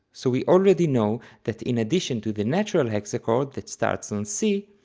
so we already know that in addition to the natural hexachord that starts on c,